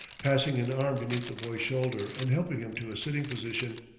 passing an arm beneath the boy's shoulder and helping him to a sitting position.